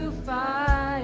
five